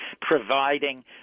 providing